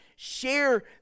Share